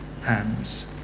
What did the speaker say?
hands